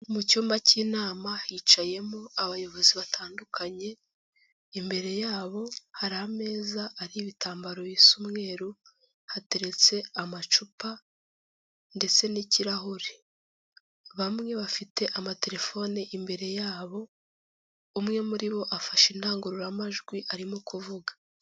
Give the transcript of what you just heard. Mu icyumba cy'inama hicayemo abayobozi batandukanye, imbere yabo hari ameza ariho ibitambaro bisa umweru, hateretse amacupa ndetse n'ikirahure. Bamwe bafite amatelefone imbere yabo, umwe muri bo afashe indangururamajwi arimo kuvuga.